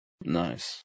Nice